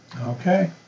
okay